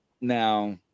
Now